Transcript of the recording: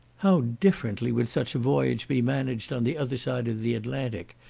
how differently would such a voyage be managed on the other side of the atlantic,